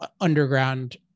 underground